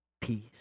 peace